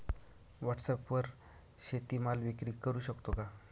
व्हॉटसॲपवर शेती माल विक्री करु शकतो का?